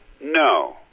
No